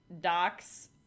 Doc's